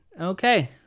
Okay